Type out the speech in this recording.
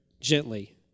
Gently